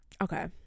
Okay